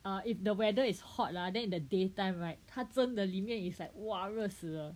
err if the weather is hot lah then in the daytime right 他真的里面 is like !wah! 热死了